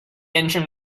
engine